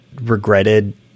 regretted